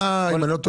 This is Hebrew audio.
היה אם אני לא טועה,